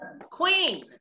Queen